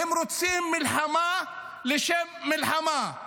רוצים מלחמה לשם מלחמה.